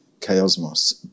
chaosmos